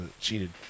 cheated